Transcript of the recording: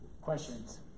Questions